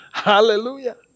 Hallelujah